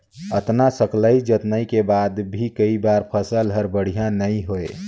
अतना सकलई जतनई के बाद मे भी कई बार फसल हर बड़िया नइ होए